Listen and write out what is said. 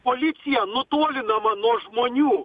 policija nutolinama nuo žmonių